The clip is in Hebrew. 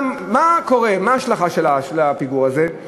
מה ההשלכה של הפיגור הזה?